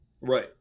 Right